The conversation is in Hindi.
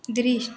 दृश्य